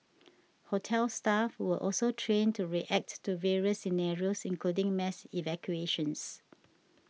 hotel staff were also trained to react to various scenarios including mass evacuations